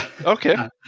Okay